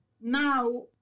now